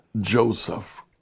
Joseph